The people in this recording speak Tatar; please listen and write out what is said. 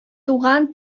туган